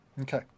Okay